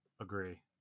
agree